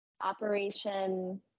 operation